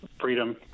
freedom